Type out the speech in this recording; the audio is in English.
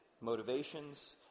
motivations